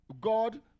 God